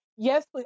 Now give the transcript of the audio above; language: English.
Yes